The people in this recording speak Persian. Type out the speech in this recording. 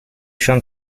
شام